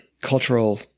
cultural